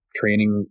training